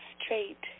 straight